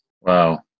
wow